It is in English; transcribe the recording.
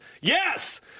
Yes